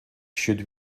should